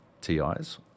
Ti's